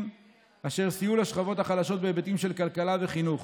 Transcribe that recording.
אשר סייעו לשכבות החלשות בהיבטים של כלכלה וחינוך.